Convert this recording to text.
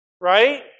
right